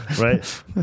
Right